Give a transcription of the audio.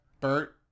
Bert